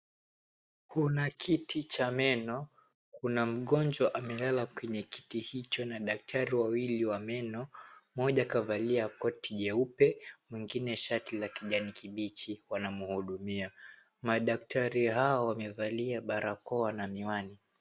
Kuna kiti cha meno, kuna mgonjwa amelala kwenye kiti hicho na daktari wawili wa meno mmoja kavalia koti jeupe mwengine shati la kijani kibichi wanamhudumia, madaktari hao wamevalia barakoa na miwani.